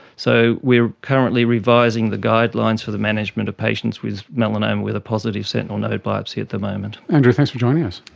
so we are currently revising the guidelines for the management of patients with melanoma with a positive sentinel node biopsy at the moment. andrew, thanks for joining us.